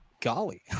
golly